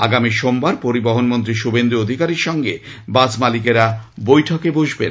আগামী সোমবার পরিবহন মন্ত্রী শুভেন্দু অধিকারীর সঙ্গে বাস মালিকেরা বৈঠকে বসবেন